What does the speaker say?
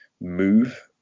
move